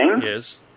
Yes